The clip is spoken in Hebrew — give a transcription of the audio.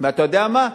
ואתה יודע מה?